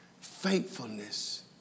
faithfulness